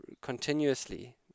continuously